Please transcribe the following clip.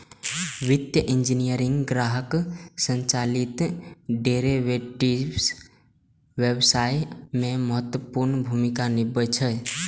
वित्तीय इंजीनियरिंग ग्राहक संचालित डेरेवेटिव्स व्यवसाय मे महत्वपूर्ण भूमिका निभाबै छै